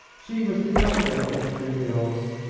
she was the younger of the three girls,